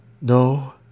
No